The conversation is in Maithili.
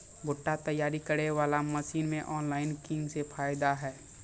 भुट्टा तैयारी करें बाला मसीन मे ऑनलाइन किंग थे फायदा हे?